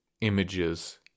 images